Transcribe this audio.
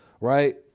right